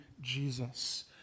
Jesus